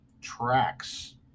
tracks